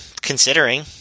considering